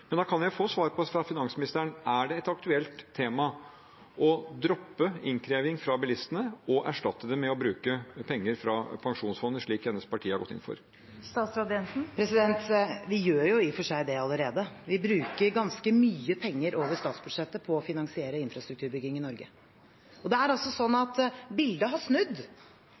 Men da kan jeg få svar på fra finansministeren: Er det et aktuelt tema å droppe innkreving fra bilistene og erstatte det med å bruke penger fra pensjonsfondet, slik hennes parti har gått inn for? Vi gjør jo i og for seg det allerede, vi bruker ganske mye penger over statsbudsjettet på å finansiere infrastrukturbygging i Norge. Det er altså slik at bildet har snudd.